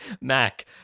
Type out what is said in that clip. Mac